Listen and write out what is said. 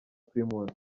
primus